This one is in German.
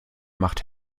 macht